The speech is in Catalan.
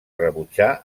rebutjar